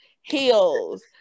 heels